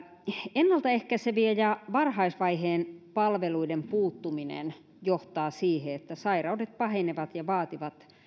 ennaltaehkäisevien ja varhaisvaiheen palveluiden puuttuminen johtaa siihen että sairaudet pahenevat ja vaativat